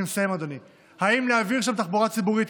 אם להעביר שם תחבורה הציבורית,